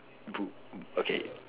book okay